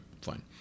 fine